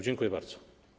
Dziękuję bardzo.